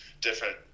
different